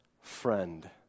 friend